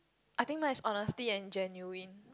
I think mine is honesty and genuine